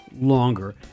longer